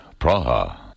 Praha